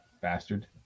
bastard